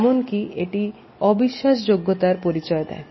এমনকি এটি অবিশ্বাসযোগ্যতার পরিচয় দেয়